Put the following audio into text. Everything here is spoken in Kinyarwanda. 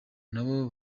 nabo